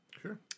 Sure